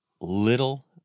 little